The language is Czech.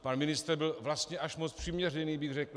Pan ministr byl vlastně až moc přiměřený, bych řekl.